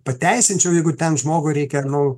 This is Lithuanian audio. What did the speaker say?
pateisinčiau jeigu ten žmogui reikia nu